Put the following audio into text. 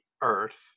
earth